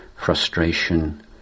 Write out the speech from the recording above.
Frustration